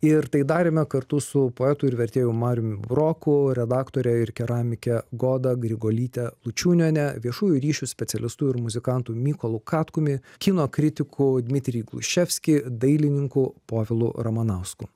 ir tai darėme kartu su poetu ir vertėju mariumi buroku redaktore ir keramike goda grigolyte lučiūniene viešųjų ryšių specialistu ir muzikantu mykolu katkumi kino kritiku dmitrij gluščevskij dailininku povilu ramanausku